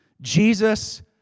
Jesus